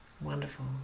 Wonderful